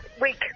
week